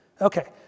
Okay